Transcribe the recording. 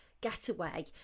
getaway